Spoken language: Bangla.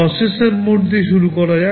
প্রসেসর মোড দিয়ে শুরু করা যাক